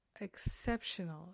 exceptional